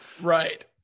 right